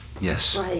Yes